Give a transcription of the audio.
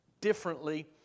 differently